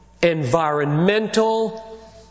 environmental